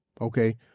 okay